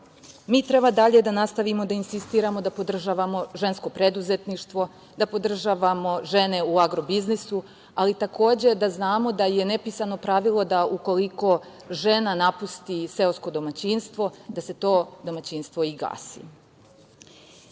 mi treba dalje da nastavimo da insistiramo da podržavamo žensko preduzetništvo, da podržavamo žene u agro biznisu, ali takođe da znamo da je nepisano pravilo da ukoliko žena napusti seosko domaćinstvo, da se to domaćinstvo i gasi. Ne